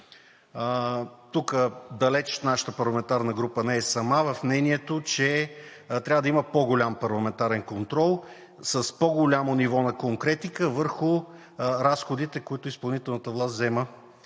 Тук далеч нашата парламентарна група не е сама в мнението, че трябва да има по-голям парламентарен контрол, с по-голямо ниво на конкретика върху разходите, които изпълнителната власт взема